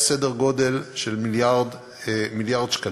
סדר גודל של מיליארד שקלים.